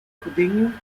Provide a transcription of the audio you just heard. continuing